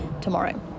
tomorrow